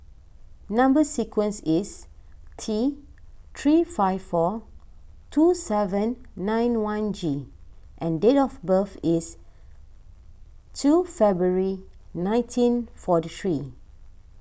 Number Sequence is T three five four two seven nine one G and date of birth is two February nineteen forty three